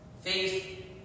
Faith